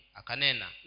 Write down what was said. akanena